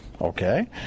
Okay